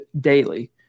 daily